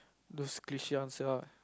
those cliche answer ah